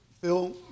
Phil